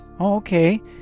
Okay